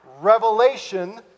revelation